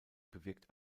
bewirkt